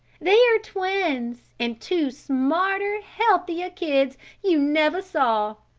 they are twins, and two smarter, healthier kids you never saw.